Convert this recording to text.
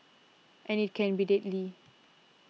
and it can be deadly